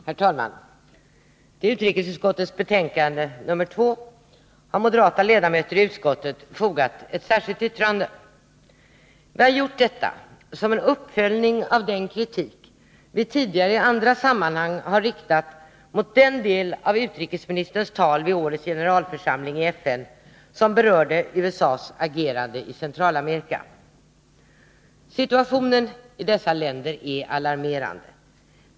Herr talman! Till utrikesutskottets betänkande nr 2 har moderata ledmöter i utskottet fogat ett särskilt yttrande. Vi har gjort detta som en uppföljning av den kritik vi tidigare i andra sammanhang har riktat mot den del av utrikesministerns tal vid årets generalförsamling i FN som berörde USA:s agerande i Centralamerika. Situationen i dessa länder är alarmerande.